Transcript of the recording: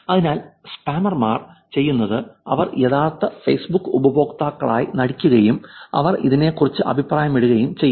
അതിനാൽ സ്കാമർമാർ ചെയ്യുന്നത് അവർ യഥാർത്ഥത്തിൽ ഫേസ്ബുക്ക് ഉപയോക്താക്കളായി നടിക്കുകയും അവർ ഇതിനെക്കുറിച്ച് അഭിപ്രായമിടുകയും ചെയ്യും